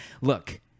look